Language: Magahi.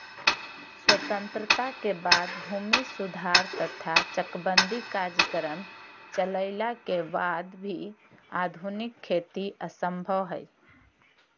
स्वतंत्रता के बाद भूमि सुधार तथा चकबंदी कार्यक्रम चलइला के वाद भी आधुनिक खेती असंभव हई